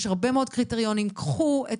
יש הרבה מאוד קריטריונים, קחו את